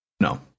No